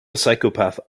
psychopath